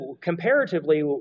comparatively